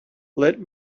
let